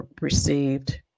received